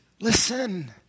Listen